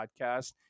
podcast